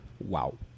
Wow